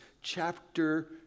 chapter